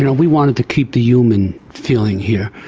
you know we wanted to keep the human feeling here.